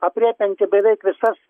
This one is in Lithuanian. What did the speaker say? aprėpianti beveik visas